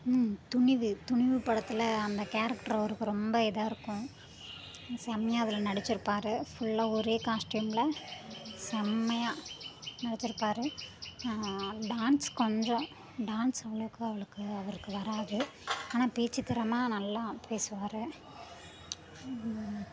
துணிவு துணிவு படத்தில் அந்த கேரக்டர் அவருக்கு ரொம்ப இதாக இருக்கும் செம்மையாக அதில் நடித்திருப்பாரு ஃபுல்லாக ஒரே காஸ்டியூமில் செம்மையாக நடித்திருப்பாரு டான்ஸ் கொஞ்சம் டான்ஸ் அவ்வளோக்கா அவ்வளோக்கு அவருக்கு வராது ஆனால் பேச்சு திறம நல்லா பேசுவார்